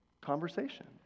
conversation